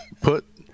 Put